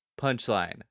Punchline